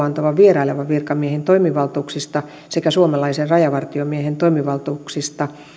antavan vierailevan virkamiehen toimivaltuuksista sekä suomalaisen rajavartiomiehen toimivaltuuksista